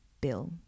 Bill